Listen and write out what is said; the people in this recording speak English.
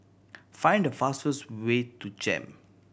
find the fastest way to JEM